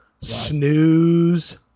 Snooze